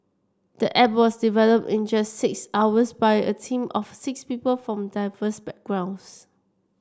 the app was developed in just six hours by a team of six people from diverse backgrounds